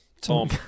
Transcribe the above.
Tom